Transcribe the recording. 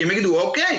כי הם יגידו אוקיי,